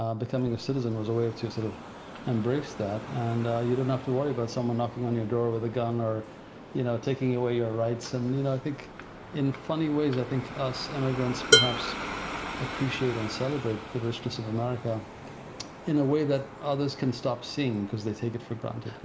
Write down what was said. um becoming a citizen was a way to sort of embrace that. and you don't have to worry about someone knocking on your door with a gun or you know taking away your rights, and you know i think in funny ways, i think us immigrants perhaps appreciate and celebrate the richness of america in a way that others can stop seeing because they take it for granted.